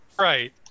Right